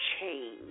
change